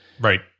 Right